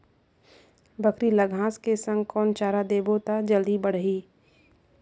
बकरी ल घांस के संग कौन चारा देबो त जल्दी बढाही?